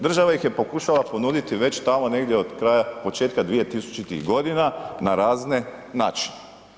Država ih je pokušala ponuditi već tamo negdje od kraja početka 2000-tih godina na razne načine.